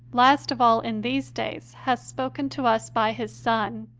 last of all in these days hath spoken to us by his son,